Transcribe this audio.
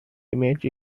image